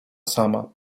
sama